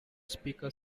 speaker